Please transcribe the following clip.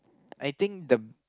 I think the